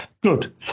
Good